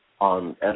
on